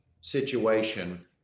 situation